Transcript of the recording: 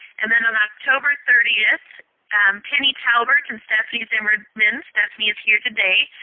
and then on october thirtieth penny talbert and stephanie zimmerman stephanie is here today.